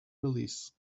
release